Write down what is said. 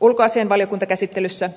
ulkoasianvaliokuntakäsittelyssä